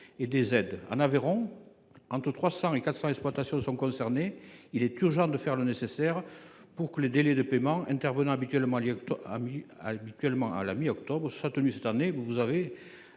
En Aveyron, entre 300 et 400 exploitations sont concernées. Il est urgent de faire le nécessaire pour que les délais de paiement – lequel paiement intervient habituellement à la mi octobre – soient respectés cette année.